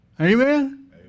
Amen